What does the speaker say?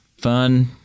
Fun